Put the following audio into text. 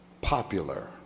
popular